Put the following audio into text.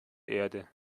erde